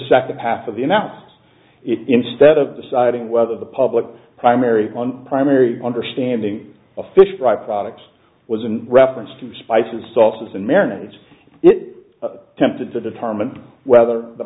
second half of the it instead of deciding whether the public primary one primary understanding a fish fry product was in reference to spices sauces and manage it tempted to determine whether the